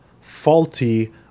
faulty